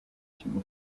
kirimo